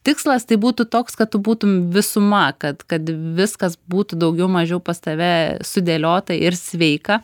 tikslas tai būtų toks kad tu būtum visuma kad kad viskas būtų daugiau mažiau pas tave sudėliota ir sveika